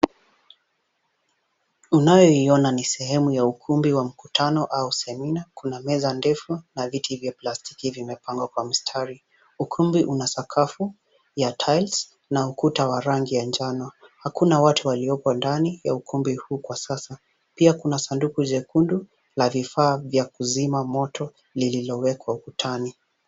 Unayoiona ni sehemu ya ukumbi wa mkutano au semina, kuna meza ndefu na viti vya plastiki vimepangwa kwa mstari. Ukumbi una sakafu ya tiles na ukuta wa rangi ya njano. Hakuna watu walioko ndani ya ukumbi huu kwa sasa .Pia kuna sanduku jekundu la vifaa vya kuzima moto lililowekwa ukutani.